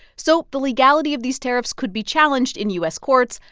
so the legality of these tariffs could be challenged in u s. courts,